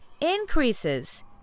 increases